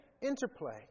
interplay